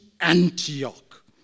Antioch